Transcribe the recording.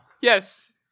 Yes